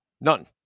None